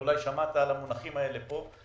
אולי שמעת את המונחים האלה פה,